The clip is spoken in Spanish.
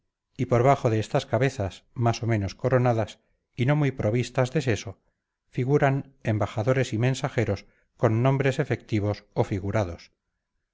y por bajo de estas cabezas más o menos coronadas y no muy provistas de seso figuran embajadores y mensajeros con nombres efectivos o figurados